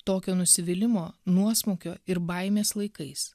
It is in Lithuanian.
tokio nusivylimo nuosmukio ir baimės laikais